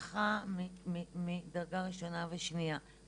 קרובי משפחה מדרגה ראשונה ושנייה,